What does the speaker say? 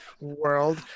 world